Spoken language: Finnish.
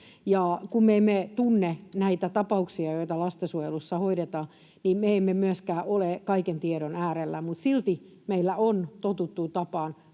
me emme tunne näitä tapauksia, joita lastensuojelussa hoidetaan, niin me emme myöskään ole kaiken tiedon äärellä, mutta silti meillä on totuttuun tapaan